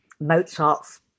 Mozart's